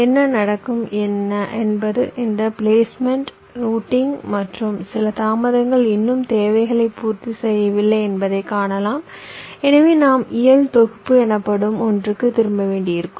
என்ன நடக்கும் என்பது இந்த பிளேஸ்மெண்ட் ரூட்டிங் மற்றும் சில தாமதங்கள் இன்னும் தேவைகளைப் பூர்த்தி செய்யவில்லை என்பதைக் காணலாம் எனவே நாம் இயல் தொகுப்பு எனப்படும் ஒன்றுக்கு திரும்ப வேண்டியிருக்கும்